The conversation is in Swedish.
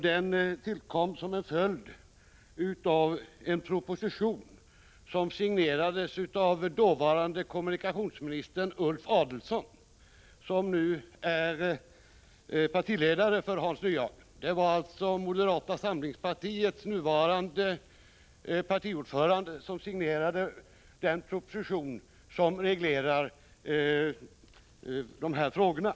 Den tillkom som en följd av en proposition som signerats av dåvarande kommunikationsministern Ulf Adelsohn, som nu är partiledare för Hans Nyhage. Det var alltså moderata samlingspartiets nuvarande partiordförande som signerade den proposition som reglerar dessa förhållanden.